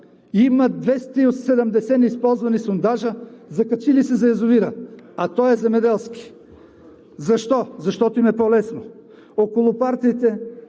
Има 270 неизползвани сондажа, закачили се за язовира, а той е земеделски. Защо? Защото им е по-лесно. Около партиите